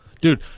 Dude